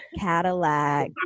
Cadillac